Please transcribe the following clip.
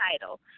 title